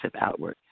outward